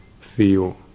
feel